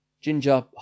ginger